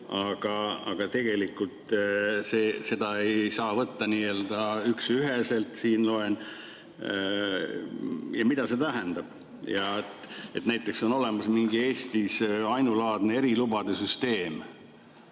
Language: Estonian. aga et tegelikult ei saa seda võtta nii-öelda üksüheselt, loen. Mida see tähendab? Näiteks on olemas mingi Eestis ainulaadne erilubade süsteem